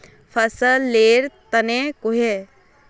फसल लेर तने कहिए?